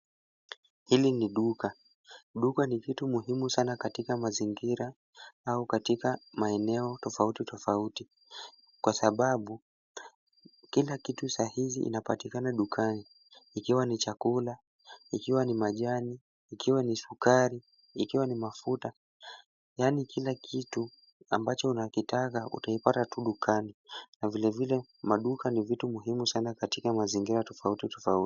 Hili ni duka. Duka ni kitu muhimu sana katika mazingira au katika maeneo tofauti tofauti kwa sababu kila kitu saa hizi inapatikana dukani ikiwa ni chakula, ikiwa ni majani, ikiwa ni sukari, ikiwa ni mafuta, yaani kila kitu ambacho unakitaka utaipata tu dukani na vilevile maduka ni vitu muhimu sana katika mazingira tofauti tofauti.